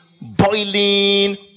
boiling